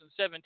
2017